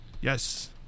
Yes